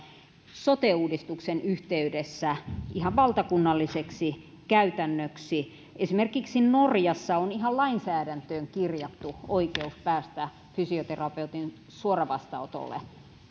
sote uudistuksen yhteydessä ihan valtakunnalliseksi käytännöksi esimerkiksi norjassa on ihan lainsäädäntöön kirjattu oikeus päästä fysioterapeutin suoravastaanotolle